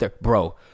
bro